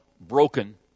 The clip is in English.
broken